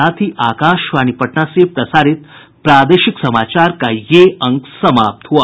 इसके साथ ही आकाशवाणी पटना से प्रसारित प्रादेशिक समाचार का ये अंक समाप्त हुआ